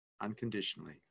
unconditionally